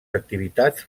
activitats